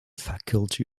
faculty